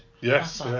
Yes